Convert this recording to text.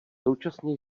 současně